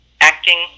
acting